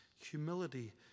humility